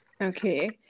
Okay